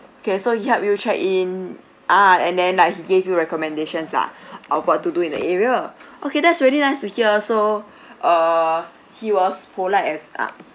K so he help you check in ah and then like he gave you recommendations lah of what to do in the area okay that's really nice to hear so err he was polite as uh